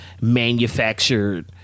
Manufactured